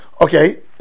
Okay